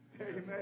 Amen